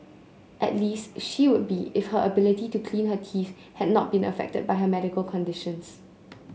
at least she would be if her ability to clean her teeth had not been affected by her medical conditions